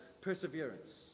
perseverance